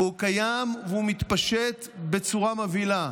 הוא קיים, והוא מתפשט בצורה מבהילה.